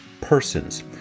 persons